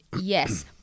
yes